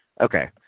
Okay